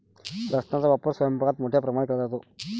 लसणाचा वापर स्वयंपाकात मोठ्या प्रमाणावर केला जातो